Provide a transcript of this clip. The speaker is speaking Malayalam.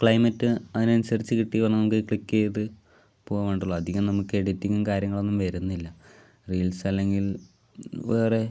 ക്ലൈമറ്റ് അതിനനുസരിച്ച് കിട്ടിയാൽ നമുക്ക് ക്ലിക്ക് ചെയ്ത് പോകേണ്ടതുള്ളൂ അധികം നമുക്ക് എഡിറ്റിങ്ങും കാര്യങ്ങളൊന്നും വരുന്നില്ല റീൽസ് അല്ലെങ്കിൽ വേറെ